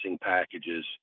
packages